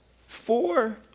four